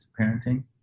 parenting